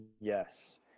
yes